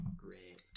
Great